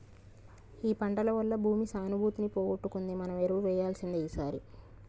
ఈ పంటల వల్ల భూమి సానుభూతిని పోగొట్టుకుంది మనం ఎరువు వేయాల్సిందే ఈసారి